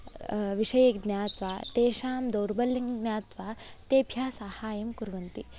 विषये ज्ञात्वा तेषां दौर्बल्यं ज्ञात्वा तेभ्यः साहाय्यं कुर्वन्ति